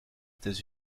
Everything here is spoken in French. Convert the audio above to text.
états